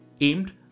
aimed